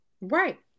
right